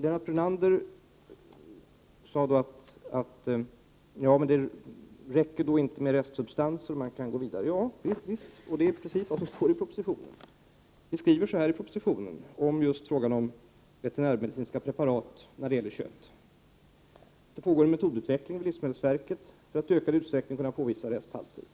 Lennart Brunander sade att det inte räcker att tala om restsubstanserna utan att man bör gå vidare. Ja, visst! Det är precis vad som står i propositionen. Vi säger där just om veterinärmedicinska preparat när det gäller kött: Det pågår en metodutveckling vid livsmedelsverket för att i ökad utsträckning kunna påvisa resthalter.